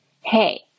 Hey